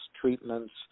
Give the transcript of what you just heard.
treatments